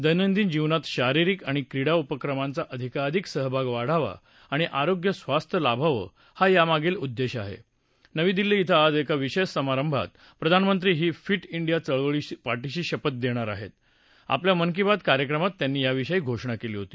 दर्मिदिन जीवनात शारिरिक आणि क्रीडा उपक्रमांचा अधिकाधिक सहभाग वाढावा आणि आरोग्यस्वास्थ्य लाभाव हा यामागील उद्दश्व आहाजेवी दिल्ली इथं आज एका विशद्व समारंभात प्रधानमंत्री ही फि ॅडिया चळवळीसाठीची शपथ दघ्यार आहेद्व आपल्या मन की बात कार्यक्रमात त्यांनी याविषयीची घोषणा कली होती